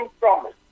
promise